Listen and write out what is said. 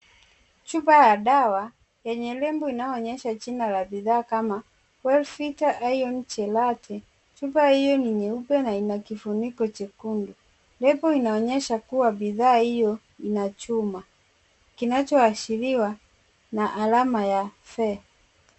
Chupa ya dawa yenye lebo inayoonyesha jina la bidhaa kama Wellvita Iron Chelate. Chupa hiyo ni nyeupe na ina kifuniko jekundu. Lebo inaonyesha kuwa bidhaa hiyo ina chuma, kinachoashiriwa na alama ya Fe.